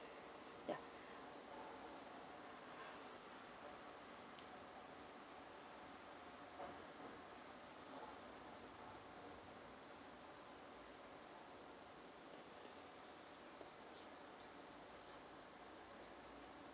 ya